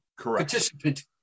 participant